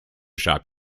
shop